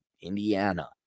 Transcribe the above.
Indiana